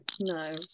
no